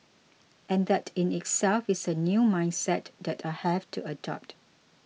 and that in itself is a new mindset that I have to adopt